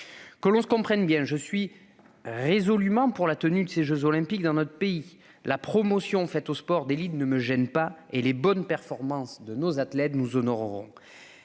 Que l'on se comprenne bien : je suis résolument pour la tenue de ces jeux Olympiques dans notre pays. La promotion faite au sport d'élite ne me gêne pas et les bonnes performances de nos athlètes nous honoreront.